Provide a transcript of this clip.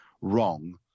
wrong